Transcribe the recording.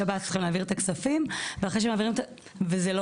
שב"ס צריכים להעביר את הכספים וזה לא